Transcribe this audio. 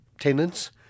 Tenants